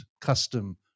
custom